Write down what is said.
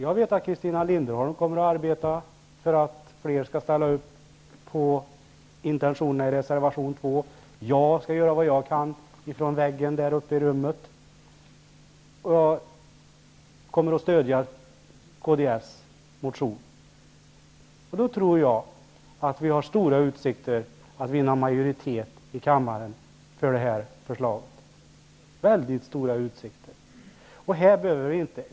Jag vet att Christina Linderholm kommer att arbeta för att fler skall ställa upp på intentionerna i reservation 2, och jag skall göra vad jag kan. Jag kommer att stödja kds motion. Jag tror att vi har väldigt goda utsikter att vinna majoritet för förslaget i kammaren.